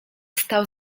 stał